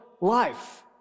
life